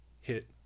hit